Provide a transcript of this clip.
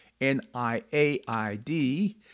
NIAID